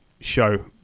show